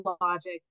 logic